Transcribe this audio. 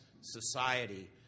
society